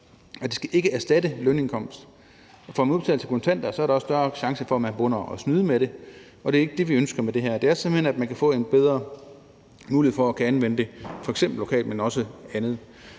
at det ikke skal erstatte lønindkomst. Får man det udbetalt som kontanter, er der også større chance for, at man begynder at snyde med det. Og det er ikke det, vi ønsker med det her. Det er simpelt hen, at man kan få en bedre mulighed for at anvende det f.eks. lokalt, men også andet.